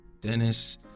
Dennis